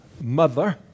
mother